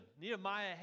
Nehemiah